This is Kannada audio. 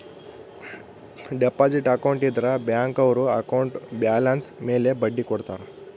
ಡೆಪಾಸಿಟ್ ಅಕೌಂಟ್ ಇದ್ರ ಬ್ಯಾಂಕ್ ಅವ್ರು ಅಕೌಂಟ್ ಬ್ಯಾಲನ್ಸ್ ಮೇಲೆ ಬಡ್ಡಿ ಕೊಡ್ತಾರ